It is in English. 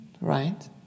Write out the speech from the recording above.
right